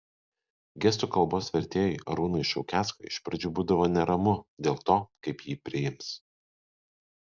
gestų kalbos vertėjui arūnui šaukeckui iš pradžių būdavo neramu dėl to kaip jį priims